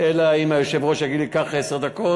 אלא אם היושב-ראש יגיד לי: קח עשר דקות,